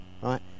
right